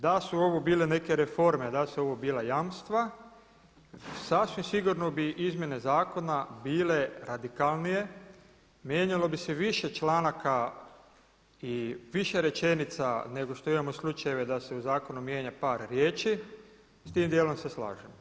Da li su ovo bile neke reforme, da li su ovo bila jamstva sasvim sigurno bi izmjene zakona bile radikalnije, mijenjalo bi se više članaka i više rečenica nego što imamo slučajeve da se u zakonu mijenja par riječi s tim djelom se slažem.